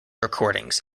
recordings